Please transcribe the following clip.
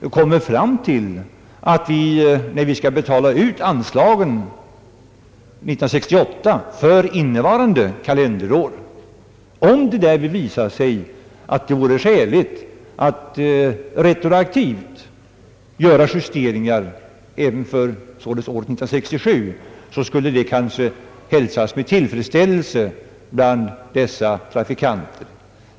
Skulle det visa sig att nämnden kommer fram till att det vore skäligt att i samband med utbetalningen av anslagen år 1968 göra retroaktiva justeringar för 1967, så skulle detta säkerligen hälsas med tillfredsställelse bland trafikanterna.